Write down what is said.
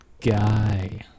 guy